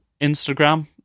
Instagram